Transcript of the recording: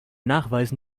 nachweisen